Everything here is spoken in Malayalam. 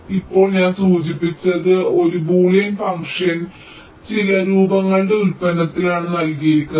ഇപ്പോൾ ഞാൻ സൂചിപ്പിച്ചത് ഒരു ബൂലിയൻ ഫംഗ്ഷൻ ചില രൂപങ്ങളുടെ ഉൽപ്പന്നത്തിലാണ് നൽകിയിരിക്കുന്നത്